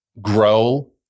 grow